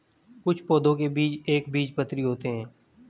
कुछ पौधों के बीज एक बीजपत्री होते है